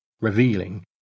revealing